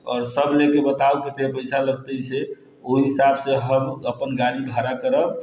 आओर सभ लेके बताउ कते पैसा लगतै से ओहि हिसाबसँ हम अपन गाड़ी भाड़ा करब